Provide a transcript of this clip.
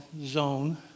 zone